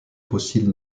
fossiles